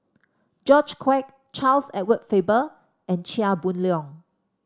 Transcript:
George Quek Charles Edward Faber and Chia Boon Leong